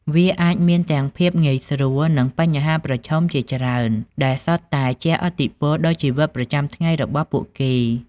វាអាចមានទាំងភាពងាយស្រួល និងបញ្ហាប្រឈមជាច្រើន ដែលសុទ្ធតែជះឥទ្ធិពលដល់ជីវិតប្រចាំថ្ងៃរបស់ពួកគេ ។